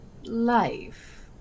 life